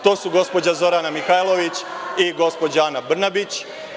To su gospođa Zorana Mihajlović i gospođa Ana Brnabić.